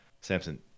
Samson